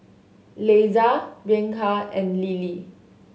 Leisa Bianca and Lilly